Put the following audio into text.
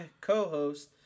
co-host